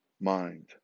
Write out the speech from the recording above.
mind